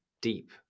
deep